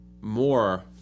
more